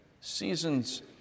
seasons